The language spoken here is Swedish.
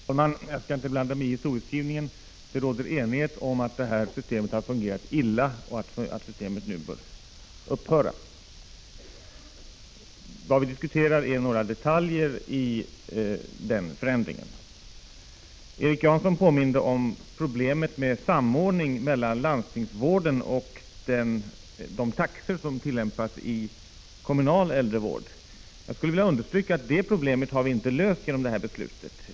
Herr talman! Jag skall inte blanda mig i historieskrivningen. Det råder enighet om att det här systemet har fungerat illa och att det nu bör upphöra. Vad vi diskuterar är några detaljer i denna förändring. Erik Janson påminde om problemet med samordningen mellan landstingsvården och de taxor som tillämpas i kommunal äldrevård. Jag skulle vilja understryka att vi inte löser det problemet genom detta beslut.